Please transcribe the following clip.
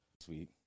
Sweet